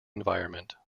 environment